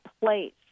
place